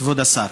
כבוד השר,